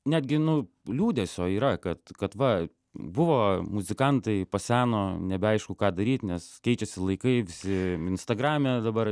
netgi nu liūdesio yra kad kad va buvo muzikantai paseno nebeaišku ką daryt nes keičiasi laikai visi instagrame dabar